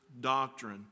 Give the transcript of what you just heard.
doctrine